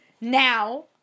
now